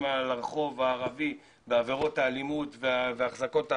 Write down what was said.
על הרחוב הערבי בעבירות האלימות והחזקות האמל"ח,